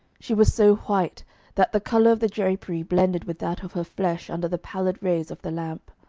she was so white that the colour of the drapery blended with that of her flesh under the pallid rays of the lamp.